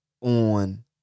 on